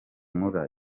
mula